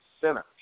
center